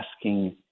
asking